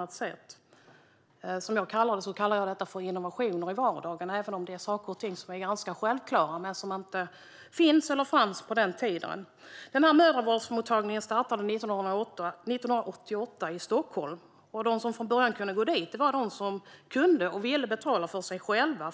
den startade. Jag kallar detta för innovationer i vardagen - saker och ting som är ganska självklara men som inte finns eller fanns på den tiden. Den här mödravårdsmottagningen startade 1988 i Stockholm, och de som från början gick dit var de som kunde och ville betala för sig själva.